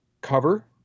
cover